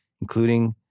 including